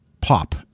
pop